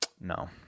no